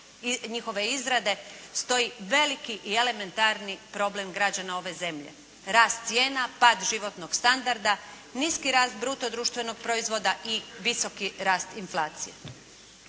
njihove izrade stoji veliki i elementarni problem građana ove zemlje: rast cijena, pad životnog standarda, niski rast bruto društvenog proizvoda i visoki rast inflacije.